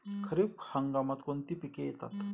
खरीप हंगामात कोणती पिके येतात?